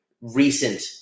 recent